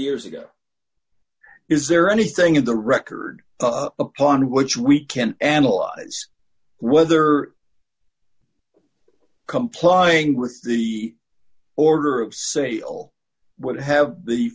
years ago is there anything in the record upon which we can analyze whether complying with the order of sale would have the